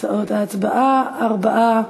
תוצאות ההצבעה: ארבעה,